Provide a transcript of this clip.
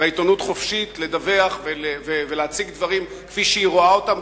והעיתונות חופשית לדווח ולהציג דברים כפי שהיא רואה אותם,